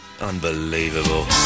Unbelievable